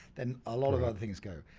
then a lot of other things go.